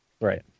right